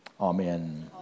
Amen